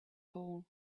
hole